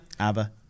ABBA